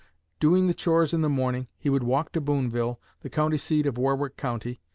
doing the chores in the morning, he would walk to booneville, the county seat of warwick county,